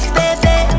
baby